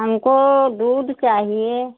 हमको दूध चाहिए